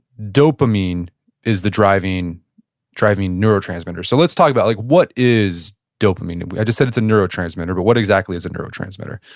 dopamine is the driving driving neurotransmitter. so, let's talk about, like what is dopamine? and i just said it's a neurotransmitter, but what exactly is a neurotransmitter?